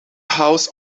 house